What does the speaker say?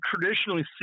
traditionally